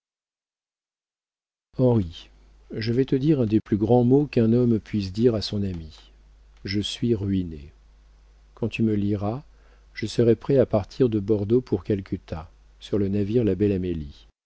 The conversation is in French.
je vais te dire un des plus grands mots qu'un homme puisse dire à son ami je suis ruiné quand tu me liras je serai prêt à partir de bordeaux pour calcutta sur le navire la belle amélie